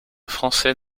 français